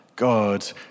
God